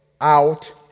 out